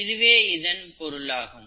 இதுவே இதன் பொருளாகும்